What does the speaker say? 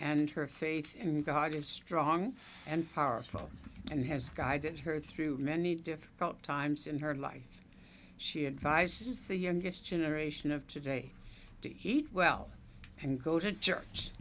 and her faith in god is strong and powerful and has guided her through many difficult times in her life she advises the youngest generation of today to eat well and go to church